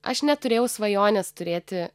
aš neturėjau svajonės turėti